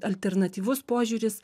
alternatyvus požiūris